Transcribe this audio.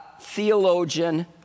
theologian